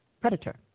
Predator